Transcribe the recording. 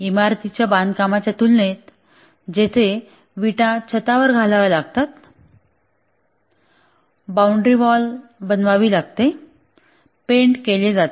इमारतीच्या बांधकामाच्या तुलनेत जेथे विटा छतावर घालाव्या लागतात बाउंड्री वॉल बनवावी लागते पेंट केले जाते